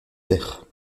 terres